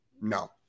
No